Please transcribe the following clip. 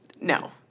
No